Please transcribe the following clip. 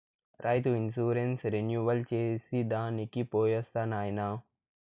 రైతు insurance renewal చేసి దానికి పోయొస్తా నాయనా